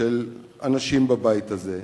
של אנשים בבית הזה.